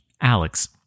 Alex